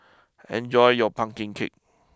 enjoy your Pumpkin Cake